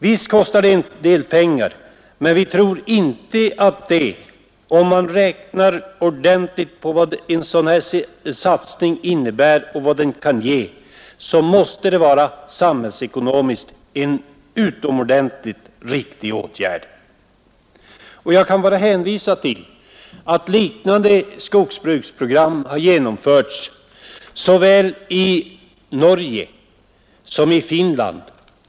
Visst kostar det en del pengar, men vi tror att det, om man räknar ordentligt på vad en sådan här satsning innebär och kan ge, samhällsekonomiskt måste vara en utomordentligt riktig åtgärd. Jag kan bara hänvisa till att liknande skogsbruksprogram har genomförts såväl i Norge som i Finland.